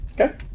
Okay